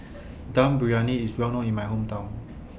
Dum Briyani IS Well known in My Hometown